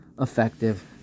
effective